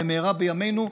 במהרה בימינו,